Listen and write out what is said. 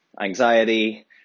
anxiety